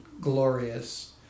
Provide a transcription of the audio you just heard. glorious